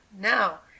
now